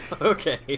Okay